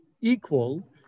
equal